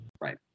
Right